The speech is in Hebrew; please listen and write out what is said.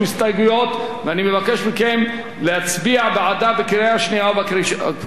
ואני מבקש מכם להצביע בעדה בקריאה השנייה ובקריאה השלישית.